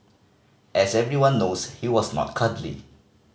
as everyone knows he was not cuddly